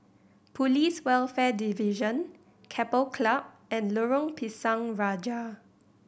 Police Welfare Division Keppel Club and Lorong Pisang Raja